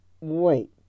Wait